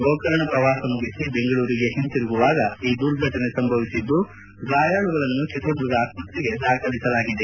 ಗೋಕರ್ಣ ಪ್ರವಾಸ ಮುಗಿಸಿ ಬೆಂಗಳೂರಿಗೆ ಹಿಂತಿರುಗುವಾಗ ಈ ದುರ್ಘಟನೆ ಸಂಭವಿಸಿದ್ದು ಗಾಯಾಳುಗಳನ್ನು ಚಿತ್ರದುರ್ಗ ಆಸ್ಪತ್ರೆಗೆ ದಾಖಲಿಸಲಾಗಿದೆ